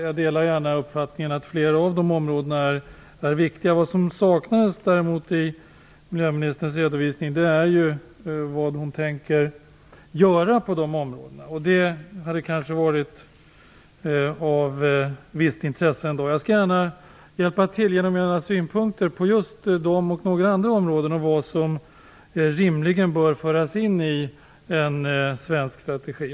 Jag delar gärna uppfattningen att flera av de områdena är viktiga. Vad som däremot saknas i miljöministerns redovisning är vad hon tänker göra på de områdena. Det hade kanske varit av visst intresse ändå. Jag skall gärna hjälpa till genom att ge några synpunkter på just dem och några andra områden om vad som rimligen bör föras in i en svensk strategi.